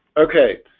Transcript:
okay,